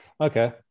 okay